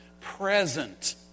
present